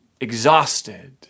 exhausted